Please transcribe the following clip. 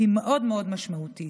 היא מאוד מאוד משמעותית.